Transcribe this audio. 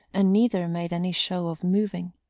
and neither made any show of moving.